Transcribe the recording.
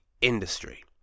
industry